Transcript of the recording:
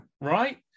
Right